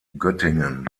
göttingen